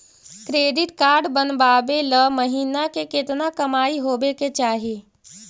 Credit card बनबाबे ल महीना के केतना कमाइ होबे के चाही?